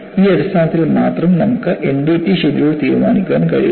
ഈ അടിസ്ഥാനത്തിൽ മാത്രം നമുക്ക് NDT ഷെഡ്യൂൾ തീരുമാനിക്കാൻ കഴിയും